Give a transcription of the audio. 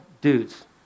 dudes